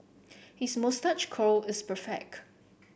his moustache curl is perfect